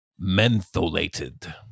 Mentholated